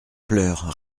pleurs